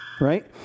right